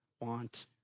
want